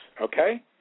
okay